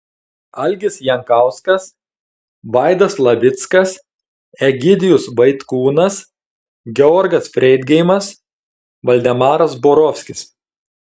algis jankauskas vaidas slavickas egidijus vaitkūnas georgas freidgeimas valdemaras borovskis